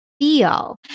Feel